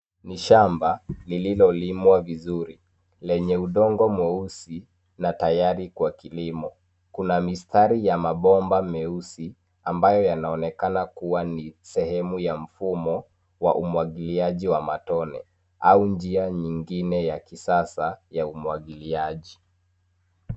Ni shamba lililolimwa vizuri, lenye udongo mweusi, na tayari kwa kilimo. Kuna mistari ya mabomba meusi, ambayo yanaonekana kuwa ni sehemu ya mfumo wa umwagiliaji wa matone, au njia nyingine ya kisasa ya umwagiliaji.